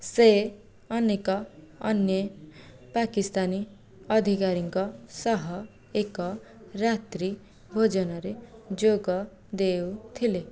ସେ ଅନେକ ଅନ୍ୟ ପାକିସ୍ତାନୀ ଅଧିକାରୀଙ୍କ ସହ ଏକ ରାତ୍ରିଭୋଜନରେ ଯୋଗ ଦେଉଥିଲେ